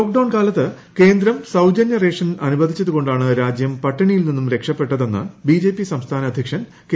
lockdown കാലത്ത് കേന്ദ്രം സൌജ്ജന്യ റേഷൻ അനുവദിച്ചതുകൊണ്ടാണ് രാജ്യം പട്ടിണിയിൽ നിന്നും രക്ഷപെട്ടതെന്ന് ബിജെപി സംസ്ഥാന അധ്യക്ഷൻ കെ